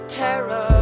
terror